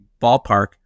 ballpark